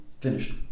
finished